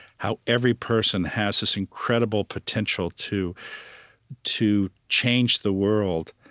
how every person has this incredible potential to to change the world.